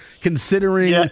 considering